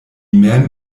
mem